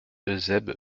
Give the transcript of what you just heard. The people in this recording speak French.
eusèbe